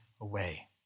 away